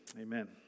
Amen